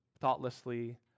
thoughtlessly